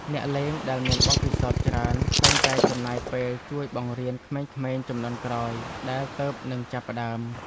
អ្នកលេងដែលមានបទពិសោធន៍ច្រើន តែងតែចំណាយពេលជួយបង្រៀនក្មេងៗជំនាន់ក្រោយដែលទើបនឹងចាប់ផ្ដើម។